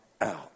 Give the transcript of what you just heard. out